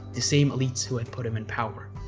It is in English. the same elites who had put him in power.